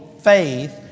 faith